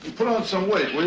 put on some weight